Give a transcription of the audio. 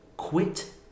quit